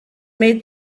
made